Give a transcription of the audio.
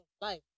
life